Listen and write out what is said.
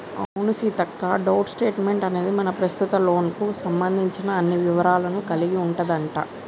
అవును సీతక్క డోంట్ స్టేట్మెంట్ అనేది మన ప్రస్తుత లోన్ కు సంబంధించిన అన్ని వివరాలను కలిగి ఉంటదంట